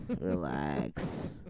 relax